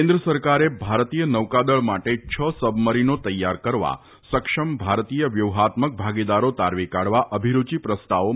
કેન્દ્ર સરકારે ભારતીય નૌકાદળ માટે છ સબમરીનો તૈયાર કરવા સક્ષમ ભારતીય વ્યુફાત્મક ભાગીદારો તારવી કાઢવા અભિરૂચી પ્રસ્તાવો મંગાવ્યા છે